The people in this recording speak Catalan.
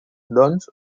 doncs